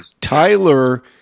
Tyler